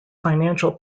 financial